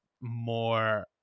more